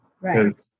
Right